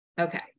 Okay